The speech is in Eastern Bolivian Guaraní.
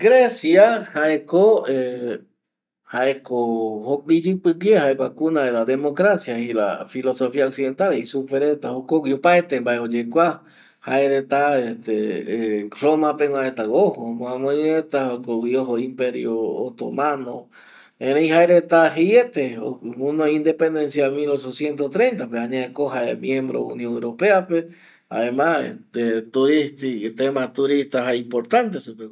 Grecia jaeko, jaeko jokua iyɨpi guie jae kua kuna de la democracia jaei la filosofia occidental jei supe reta, jokogui opaete mbae oyekua jaereta este roma pegua reta ko ojo omoamɨri reta jokogui ojo imperio otomano erei jae reta jeiete guɨnoi independencia mil ochociento treinta pe, añae ko jae miembro union europea pe jaema este turisti, tema turista jae importante supeguara